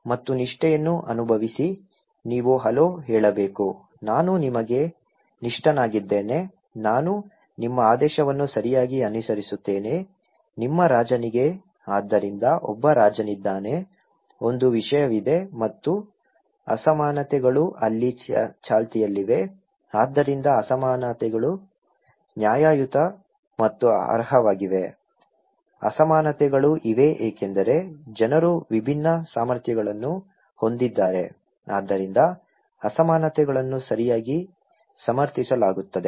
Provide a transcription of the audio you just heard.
ಮತ್ತು ನಿಷ್ಠೆಯನ್ನು ಅನುಭವಿಸಿ ನೀವು ಹಲೋ ಹೇಳಬೇಕು ನಾನು ನಿಮಗೆ ನಿಷ್ಠನಾಗಿದ್ದೇನೆ ನಾನು ನಿಮ್ಮ ಆದೇಶವನ್ನು ಸರಿಯಾಗಿ ಅನುಸರಿಸುತ್ತೇನೆ ನಿಮ್ಮ ರಾಜನಿಗೆ ಆದ್ದರಿಂದ ಒಬ್ಬ ರಾಜನಿದ್ದಾನೆ ಒಂದು ವಿಷಯವಿದೆ ಮತ್ತು ಅಸಮಾನತೆಗಳು ಅಲ್ಲಿ ಚಾಲ್ತಿಯಲ್ಲಿವೆ ಆದ್ದರಿಂದ ಅಸಮಾನತೆಗಳು ನ್ಯಾಯಯುತ ಮತ್ತು ಅರ್ಹವಾಗಿವೆ ಅಸಮಾನತೆಗಳು ಇವೆ ಏಕೆಂದರೆ ಜನರು ವಿಭಿನ್ನ ಸಾಮರ್ಥ್ಯಗಳನ್ನು ಹೊಂದಿದ್ದಾರೆ ಆದ್ದರಿಂದ ಅಸಮಾನತೆಗಳನ್ನು ಸರಿಯಾಗಿ ಸಮರ್ಥಿಸಲಾಗುತ್ತದೆ